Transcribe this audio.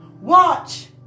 watch